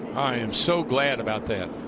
i am so glad about that.